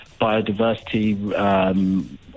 biodiversity